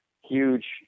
huge